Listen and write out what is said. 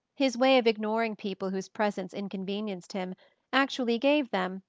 his way of ignoring people whose presence inconvenienced him actually gave them,